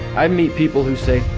i meet people who say,